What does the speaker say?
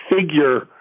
figure